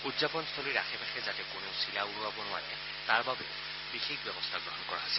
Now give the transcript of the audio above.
উদযাপনস্থলীৰ আশে পাশে যাতে কোনেও চিলা উৰুৱাব নোৱাৰে তাৰ বাবেও বিশেষ ব্যৱস্থা গ্ৰহণ কৰা হৈছে